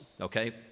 okay